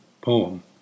poem